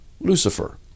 Lucifer